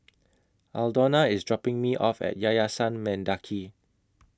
Aldona IS dropping Me off At Yayasan Mendaki